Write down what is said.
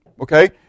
Okay